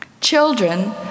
Children